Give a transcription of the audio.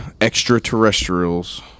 extraterrestrials